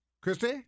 Christy